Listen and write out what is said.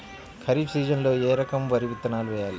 ఖరీఫ్ సీజన్లో ఏ రకం వరి విత్తనాలు వేయాలి?